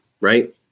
Right